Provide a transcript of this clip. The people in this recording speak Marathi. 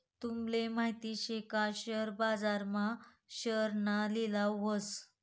तूमले माहित शे का शेअर बाजार मा शेअरना लिलाव व्हस